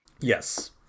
yes